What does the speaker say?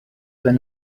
wenn